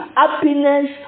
happiness